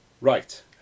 Right